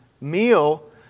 meal